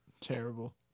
Terrible